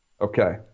Okay